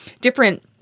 different